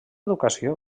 educació